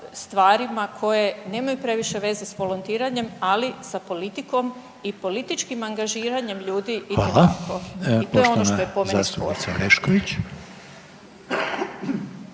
stvarima koje nemaju previše veze s volontiranjem, ali sa politikom i političkim angažiranjem ljudi itekako i to je ono što je po meni sporno.